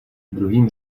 druhým